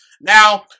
Now